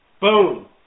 Boom